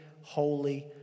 holy